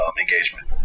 engagement